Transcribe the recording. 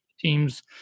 teams